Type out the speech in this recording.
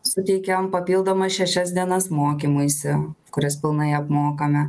suteikiam papildomas šešias dienas mokymuisi kurias pilnai apmokame